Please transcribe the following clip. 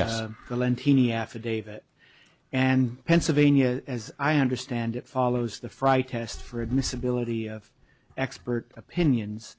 affidavit and pennsylvania as i understand it follows the frye test for admissibility of expert opinions